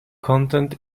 content